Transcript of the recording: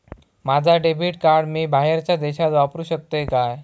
माझा debit card मी बाहेरच्या देशात वापरू शकतय काय?